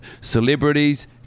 celebrities